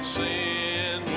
sin